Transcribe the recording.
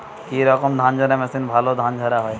কি রকম ধানঝাড়া মেশিনে ভালো ধান ঝাড়া হয়?